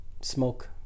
smoke